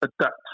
adapt